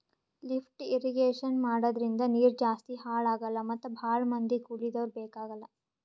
lift irrigation ಮಾಡದ್ರಿಂದ ನೀರ್ ಜಾಸ್ತಿ ಹಾಳ್ ಆಗಲ್ಲಾ ಮತ್ ಭಾಳ್ ಮಂದಿ ಕೂಲಿದವ್ರು ಬೇಕಾಗಲ್